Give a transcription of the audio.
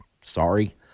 sorry